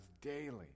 daily